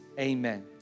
Amen